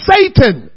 Satan